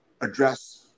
address